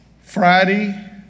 Friday